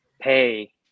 pay